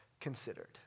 considered